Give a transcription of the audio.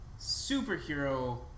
superhero